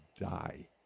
die